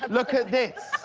look at this.